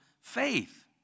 faith